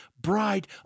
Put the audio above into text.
bride